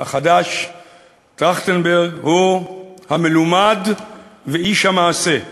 החדש טרכטנברג הוא המלומד ואיש המעשה,